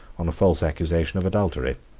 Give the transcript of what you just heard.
on a false accusation of adultery.